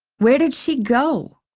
where did she go?